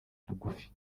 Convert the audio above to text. tugufi